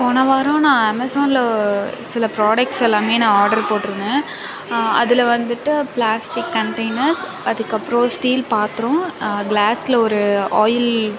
போன வாரம் நான் அமேசானில் சில பிராடக்ட்ஸ் எல்லாம் நான் ஆட்ரு போட்டுருந்தேன் அதில் வந்துட்டு பிளாஸ்டிக் கண்டெய்னர்ஸ் அதுக்கு அப்பறம் ஸ்டீல் பாத்திரோம் கிளாஸில் ஒரு ஆயில்